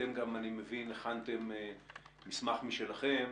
אתם גם, אני מבין, הכנתם מסמך משלכם.